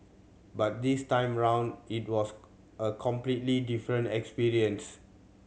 but this time around it was a completely different experience